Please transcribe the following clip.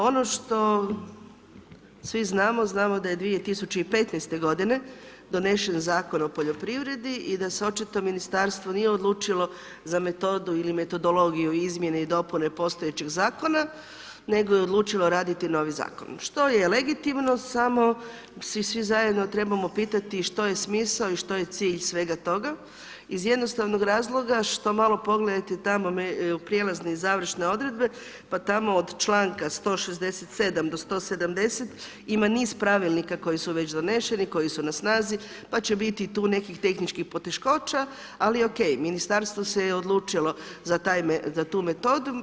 Ono što svi znamo, znamo da je 2015. g. donesen Zakon o poljoprivredi i da se očito ministarstvo nije odlučilo za metodu ili metodologiju izmjene i dopune postojećeg zakona, nego je odlučilo raditi novi zakon, što je legitimno, samo si svi zajedno trebamo pitati što je smisao i što je cilj svega toga, iz jednostavnog razloga, što malo pogledajte, u prijelazne i završne odredbe, pa tamo od čl. 167. do 170. ima niz pravilnika koji su već doneseni, koji su na snazi, pa će biti tu nekih tehničkih poteškoća, ali ok, ministarstvo se odlučilo za tu metodu.